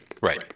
Right